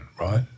right